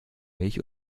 milch